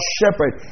shepherd